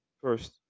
First